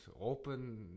open